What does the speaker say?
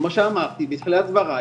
כמו שאמרתי בתחילת דבריי,